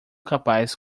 capaz